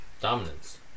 dominance